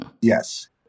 Yes